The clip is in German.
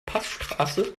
passstraße